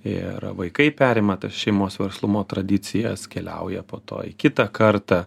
ir vaikai perima tas šeimos verslumo tradicijas keliauja po to į kitą kartą